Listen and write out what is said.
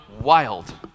wild